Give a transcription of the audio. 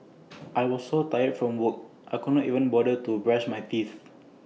I was so tired from work I could not even bother to brush my teeth